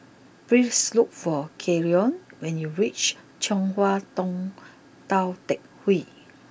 please look for Keion when you reach Chong Hua Tong Tou Teck Hwee